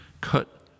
cut